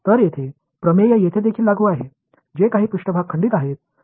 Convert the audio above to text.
तर हे प्रमेय येथे देखील लागू आहे जे काही पृष्ठभाग खंडित आहेत